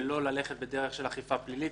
תוצרת הלול), התשע"ח-2018,